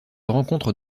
rencontre